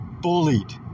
bullied